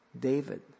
David